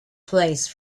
place